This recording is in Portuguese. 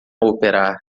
operar